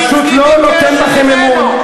ז'בוטינסקי ב-1940, פשוט לא נותן בכם אמון.